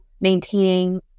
maintaining